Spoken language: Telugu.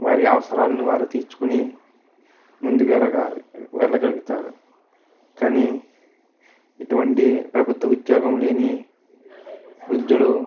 వారి అవసరాల్ని వాళ్ళు తీర్చుకొని ముందుగా వెళ్ళగలుగుతారు కానీ ఇటువంటి ప్రభుత్వ ఉద్యోగం లేని వృద్ధులు